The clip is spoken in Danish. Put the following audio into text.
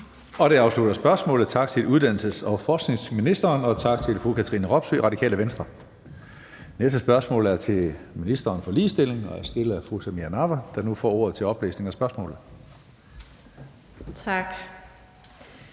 Det afslutter spørgsmålet. Tak til uddannelses- og forskningsministeren, og tak til fru Katrine Robsøe, Radikale Venstre. Det næste spørgsmål er til ministeren for ligestilling og er stillet af fru Samira Nawa. Kl. 15:17 Spm. nr. S 894 21) Til